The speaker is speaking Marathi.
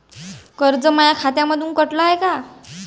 कर्ज माया खात्यामंधून कटलं हाय का?